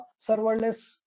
serverless